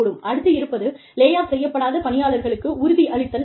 அடுத்து இருப்பது lay off செய்யப்படாத பணியாளர்களுக்கு உறுதியளித்தல் ஆகும்